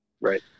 Right